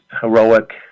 heroic